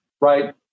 right